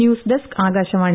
news desk Akashvani